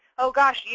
oh gosh. yeah